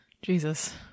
jesus